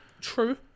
True